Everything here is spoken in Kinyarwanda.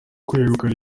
kwegukana